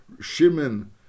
shimon